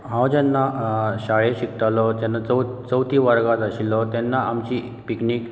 हांव जेन्ना शाळेंत शिकतालों तेन्ना चव चवथी वर्गांत आशिल्लो तेन्ना आमची पिकनीक